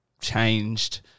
changed